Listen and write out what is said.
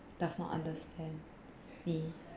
does not understand me